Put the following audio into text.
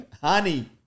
Honey